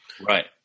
Right